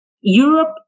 Europe